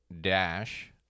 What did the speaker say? dash